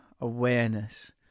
awareness